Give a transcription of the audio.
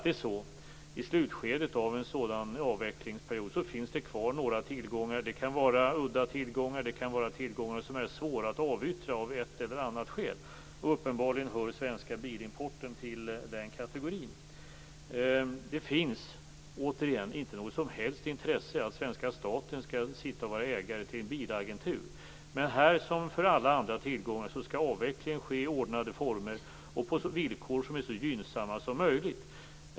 I slutskedet av en sådan avvecklingsperiod finns det alltid några tillgångar kvar. Det kan vara udda tillgångar. Det kan vara tillgångar som är svåra att avyttra av ett eller annat skäl. Uppenbarligen hör Svenska Bilimporten till den kategorin. Det finns återigen inget som helst intresse för att svenska staten skall vara ägare till en bilagentur. Men här, som för alla andra tillgångar, skall avvecklingen ske i ordnade former och på villkor som är så gynnsamma som möjligt.